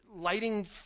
lighting